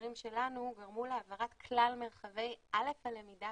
וההקשרים שלנו גרמו להעברת כלל מרחבי הלמידה